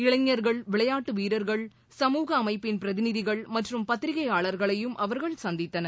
இளைஞர்கள் விளையாட்டு வீரர்கள் சமூக அமைப்பின் பிரதிநிதிகள் மற்றும் பத்திரிகையாளர்களையும் அவர்கள் சந்தித்தனர்